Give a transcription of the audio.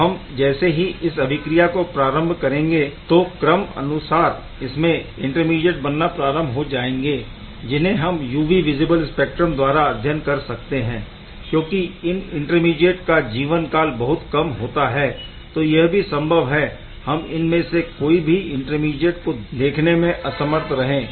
अब हम जैसे ही इस अभिक्रिया को प्रारम्भ करेंगे तो क्रम अनुसार इसमें इंटरमीडीएट बनना प्रारम्भ हो जाएंगे जिन्हें हम UV विज़िबल स्पेक्ट्रा द्वारा अध्ययन कर सकते है क्योंकि इन इंटरमीडीएट का जीवन काल बहुत कम होता है तो यह भी संभव है हम इन में से कोई भी इंटरमीडीएट को देखने में असमर्थ रहें